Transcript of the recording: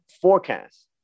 forecast